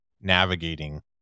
navigating